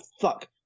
fuck